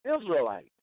Israelite